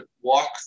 walk